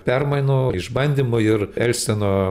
permainų išbandymų ir elsteno